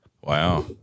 Wow